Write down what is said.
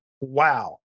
wow